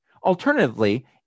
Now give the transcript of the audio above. Alternatively